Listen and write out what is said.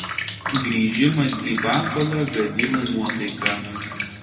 grįžimas į bafalą gadina nuotaiką